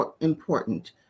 important